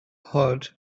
hurt